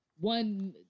one